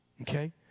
okay